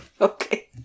Okay